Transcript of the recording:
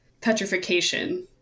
petrification